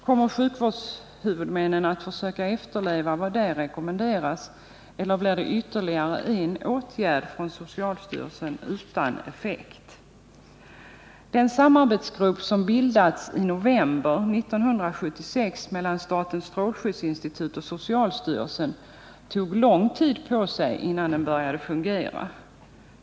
Kommer sjukvårdshuvudmännen att försöka efterleva vad som där rekommenderas, eller blir det ytterligare en åtgärd från socialstyrelsen utan effekt? Den samarbetsgrupp som bildats i november 1976 mellan statens strålskyddsinstitut och socialstyrelsen tog lång tid på sig innan den började fungera.